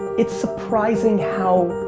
it's surprising how,